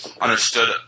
understood